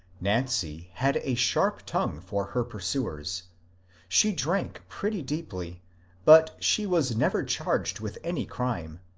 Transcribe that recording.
nancy had a sharp tongue for her pursuers she drank pretty deeply but she was never charged with any crime,